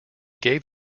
gave